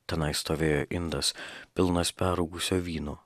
tenai stovėjo indas pilnas perrūgusio vyno